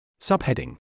Subheading